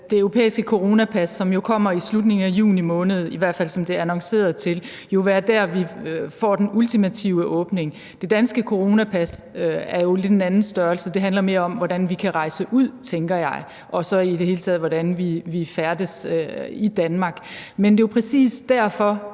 det europæiske coronapas, der jo kommer i slutningen af juni måned, som det i hvert fald er annonceret til, jo være der, hvor vi får den ultimative åbning. Det danske coronapas er jo lidt en anden størrelse; det handler mere om, hvordan vi kan rejse ud, tænker jeg, og så i det hele taget om, hvordan vi kan færdes i Danmark. Men det var præcis derfor,